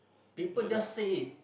people just say it